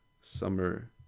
Summer